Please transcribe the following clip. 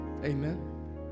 Amen